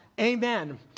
Amen